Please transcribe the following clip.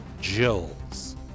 jills